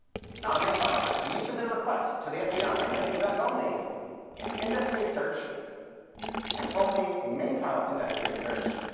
not a main file search. if you submit a request to the fbi and they conduct only an index-based search and only a main file index-based search